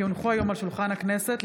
כי הונחו היום על שולחן הכנסת,